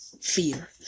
fear